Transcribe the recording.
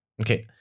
Okay